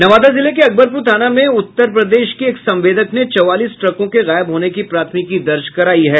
नवादा जिले के अकबरपुर थाना में उत्तर प्रदेश केएक संवेदक ने चौवालीस ट्रकों के गायब होने की प्राथमिकी दर्ज करायी है